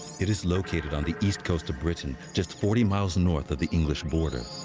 it is located on the east coast of britain, just forty miles north of the english border.